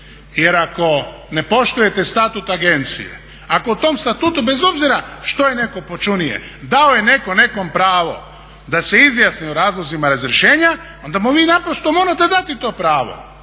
Jer ako ne poštujete statut agencije, ako u tom statutu bez obzira što je netko …, dao je netko nekom pravo da se izjasni o razlozima razrješenja, onda mu vi naprosto morate dati to pravo.